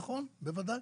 נכון, בוודאי.